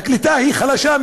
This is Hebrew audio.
הקליטה חלשה,